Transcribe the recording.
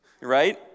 right